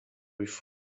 before